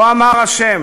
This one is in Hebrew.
"כה אמר ה',